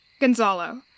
Gonzalo